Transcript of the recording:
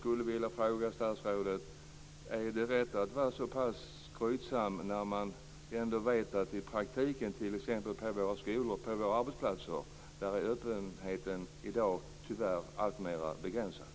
Är det rätt att vara så pass skrytsam när man ändå vet att öppenheten i praktiken, t.ex. på skolor eller arbetsplatser, tyvärr blir alltmer begränsad?